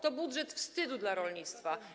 To budżet wstydu dla rolnictwa.